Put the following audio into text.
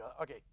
Okay